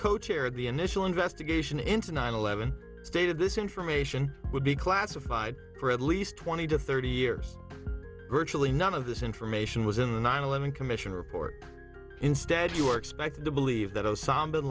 co chair the initial investigation into nine eleven stated this information would be classified for at least twenty to thirty years really none of the information was in the nine eleven commission report instead you are expected to believe that osama bin